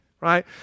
right